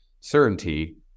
certainty